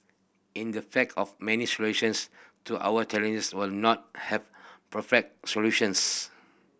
in the fact of many solutions to our challenges will not have perfect solutions